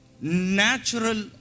natural